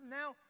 now